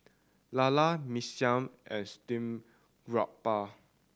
lala Mee Siam and steamed garoupa